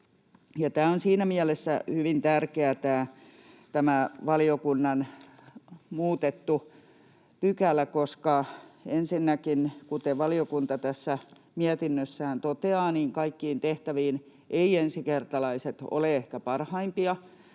pykälä on siinä mielessä hyvin tärkeä, koska ensinnäkin, kuten valiokunta tässä mietinnössään toteaa, kaikkiin tehtäviin eivät ensikertalaiset ole ehkä parhaimpia,